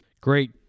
great